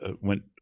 went